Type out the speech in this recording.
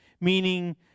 meaning